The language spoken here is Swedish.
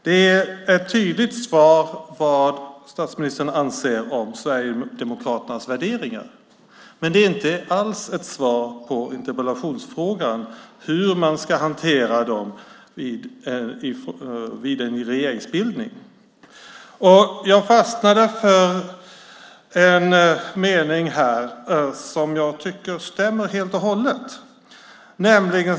Det är ett tydligt svar på vad statsministern anser om Sverigedemokraternas värderingar. Men det är inte alls ett svar på frågan hur man ska hantera dem vid en regeringsbildning. Jag fastnade för en mening här som jag tycker stämmer helt och hållet.